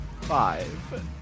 five